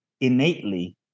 innately